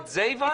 את זה הבנו.